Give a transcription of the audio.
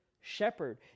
Shepherd